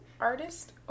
artist